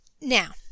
now